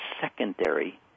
secondary